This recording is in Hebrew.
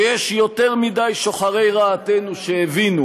שיש יותר מדי שוחרי רעתנו שהבינו